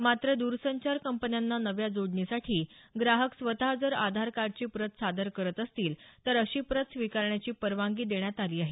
मात्र द्रसंचार कंपन्यांना नव्या जोडणीसाठी ग्राहक स्वत जर आधार कार्डची प्रत सादर करत असतील तर अशी प्रत स्वीकारण्याची परवानगी देण्यात आली आहे